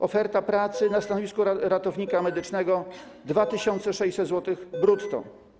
Oferta pracy na stanowisku ratownika medycznego - 2600 zł brutto.